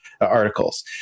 articles